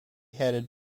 headed